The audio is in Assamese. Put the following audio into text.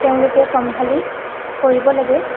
তেওঁলোকে চম্ভালি কৰিব লাগে